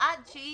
עד שהיא